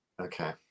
Okay